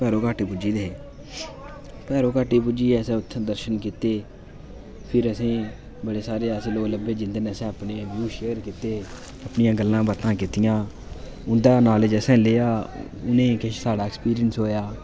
भैरो घाटी पुज्जी गेदे हे भैरो घाटी पुज्जियै असें उत्थै दर्शन कीते फिर असें बड़े सारे ऐसे लोक लब्भे जिंदे ने असें अपने वयू शेयर कीते अपनियां गल्लां बातां कीतियां उं'दा नालेज असें लेआ उ'नेंईं किश साढ़ा ऐक्सपिरियंस होआ